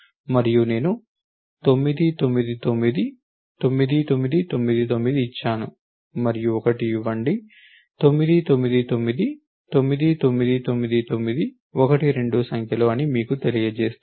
మరియు నేను 9 9 9 9 9 9 9 ఇచ్చాను మరియు 1 ఇవ్వండి 9 9 9 9 9 9 91 2 సంఖ్యలు అని మీకు తెలియజేస్తుంది